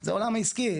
זה העולם העסקי.